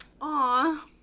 Aw